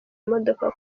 imodoka